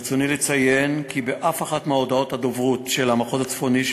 ברצוני לציין כי באף אחת מהודעות הדוברות של המחוז הצפוני של